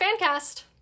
Fancast